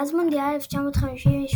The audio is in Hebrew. מאז מונדיאל 1958,